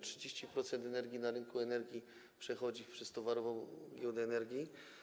30% energii na rynku energii przechodzi przez Towarową Giełdę Energii.